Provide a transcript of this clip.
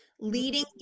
leading